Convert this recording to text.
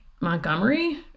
Montgomery